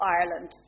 Ireland